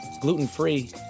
gluten-free